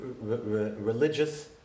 religious